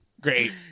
Great